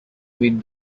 with